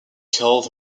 called